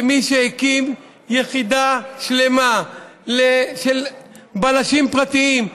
כמי שהקים יחידה שלמה של בלשים פרטיים,